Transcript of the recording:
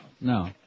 no